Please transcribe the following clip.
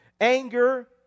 Anger